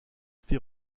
été